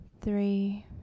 Three